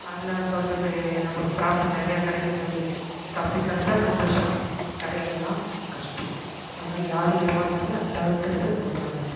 அதில் கொண்டு போய் நமக்கு ப்ராஃபிட் நிறைய கிடைக்குன்னு சொல்லி ப்ராஃபிட் கிடைச்சா சந்தோஷம் கிடைக்கலன்னா கஷ்டம் அதனால யாரும் ஏமாறாதிங்கள் அதை தவிர்க்கிறது ரொம்ப நல்லது